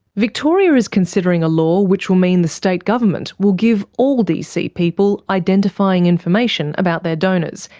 victoria is considering a law which will mean the state government will give all dc people identifying information about their donors,